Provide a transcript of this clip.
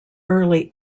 early